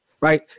right